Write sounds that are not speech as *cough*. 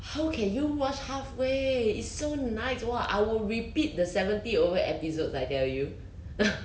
how can you watch halfway it's so nice !wah! I will repeat the seventy over episodes I tell you *laughs*